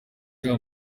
uriya